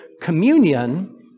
communion